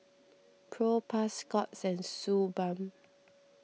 Propass Scott's and Suu Balm